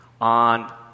on